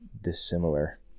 dissimilar